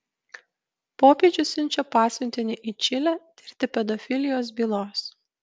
popiežius siunčia pasiuntinį į čilę tirti pedofilijos bylos